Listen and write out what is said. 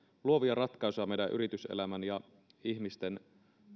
luovia ratkaisuja meidän yrityselämän ja ihmisten